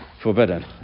Forbidden